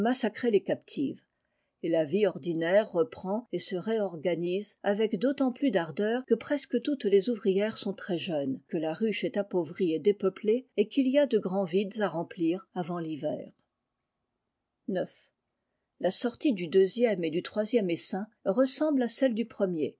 massacrer les captives et la vie ordinaire reprend et se réorganise avec d'autant plus d'ardeur que presque toutes les ouvrières sont très jeunes que la ruche est appauvrie et dépeuplée et qu'il y a de grands vides à remplir avant l'hiver ix la sortie du deuxième et du troisième essaim ressemble à celle du premier